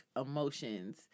Emotions